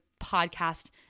podcast